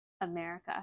America